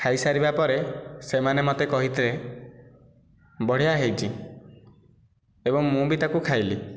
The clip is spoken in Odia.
ଖାଇସାରିବା ପରେ ସେମାନେ ମୋତେ କହିଥିଲେ ବଢ଼ିଆ ହୋଇଛି ଏବଂ ମୁଁ ବି ତାକୁ ଖାଇଲି